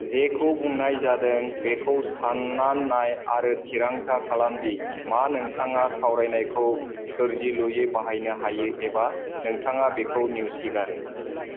जेखौ बुंनाय जादों बेखौ सानना नाय आरो थिरांथा खालामदि मा नोंथाङा सावरायनायखौ सोर्जिलुयै बाहायनो हायो एबा नोंथाङा बेखौ नेवसिगारो